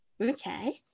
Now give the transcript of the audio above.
Okay